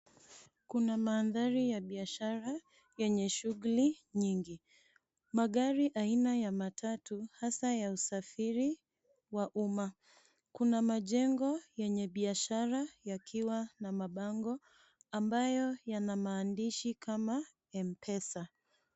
Kuna mandhari ya biashara yenye shughuli nyingi. Magari aina ya matatu hasa ya usafiri wa umma. Kuna majengo yenye biashara yakiwa na mabango ambayo yana maandishi kama M-Pesa.